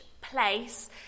place